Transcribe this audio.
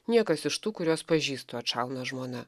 niekas iš tų kuriuos pažįstu atšauna žmona